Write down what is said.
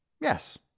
Yes